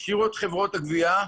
תשאירו את חברות הגבייה,